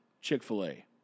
Chick-fil-A